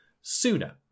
sooner